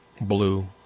blue